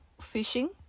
fishing